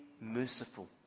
merciful